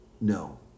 no